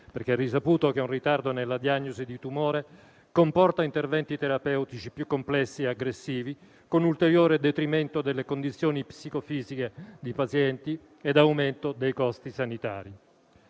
perché è risaputo che un ritardo nella diagnosi di un tumore comporta interventi terapeutici più complessi e aggressivi, con ulteriore detrimento delle condizioni psicofisiche dei pazienti e aumento dei costi sanitari.